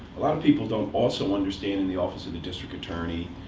a lot of people don't also understand, in the office of the district attorney,